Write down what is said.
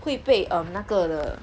会被 um 那个的